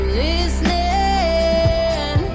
listening